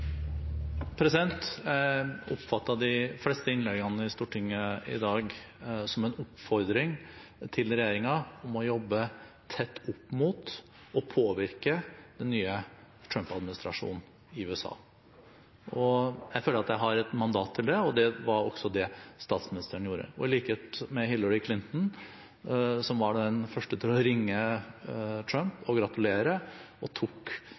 Jeg har oppfattet de fleste innleggene i Stortinget i dag som en oppfordring til regjeringen om å jobbe tett opp mot og påvirke den nye Trump-administrasjonen i USA. Jeg føler jeg har et mandat til det, og det var også det statsministeren gjorde. Og i likhet med Hillary Clinton, som var den første til å ringe Trump og gratulere, og som tok